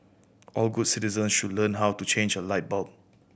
all good citizens should learn how to change a light bulb